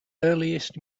earliest